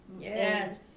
yes